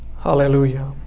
Hallelujah